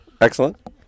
Excellent